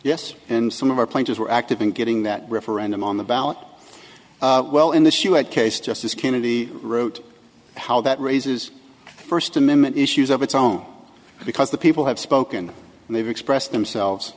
yes and some of our players were active in getting that referendum on the ballot well in the shoe it case justice kennedy wrote how that raises first amendment issues of its own because the people have spoken and they've expressed themselves